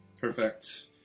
Perfect